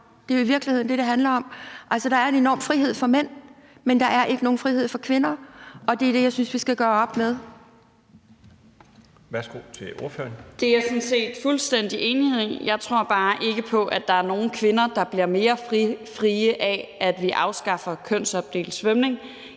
Det er i virkeligheden det, det handler om. Altså, der er en enorm frihed for mænd, men der er ikke nogen frihed for kvinder. Det er det, jeg synes vi skal gøre op med. Kl. 18:45 Den fg. formand (Bjarne Laustsen): Værsgo til ordføreren. Kl. 18:45 Sofie Lippert (SF): Det er jeg sådan set fuldstændig enig i. Jeg tror bare ikke på, at der er nogen kvinder, der bliver mere frie af, at vi afskaffer kønsopdelt svømning.